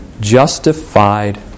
justified